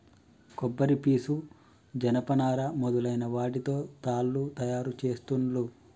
కొబ్బరి పీసు జనప నారా మొదలైన వాటితో తాళ్లు తయారు చేస్తాండ్లు